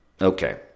Okay